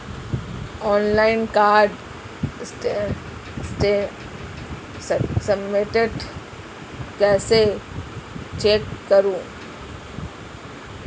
Online card statement कैसे check करें?